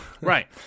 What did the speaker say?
right